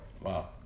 Wow